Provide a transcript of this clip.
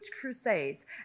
crusades